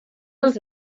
els